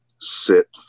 sit